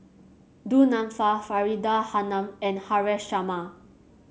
Du Nanfa Faridah Hanum and Haresh Sharma